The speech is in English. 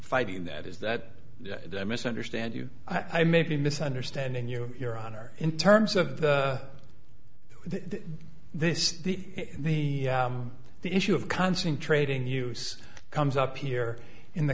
fighting that is that i misunderstand you i may be misunderstanding you your honor in terms of the this the the the issue of concentrating use comes up here in the